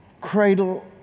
cradle